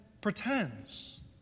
pretends